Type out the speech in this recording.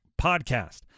podcast